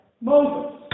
Moses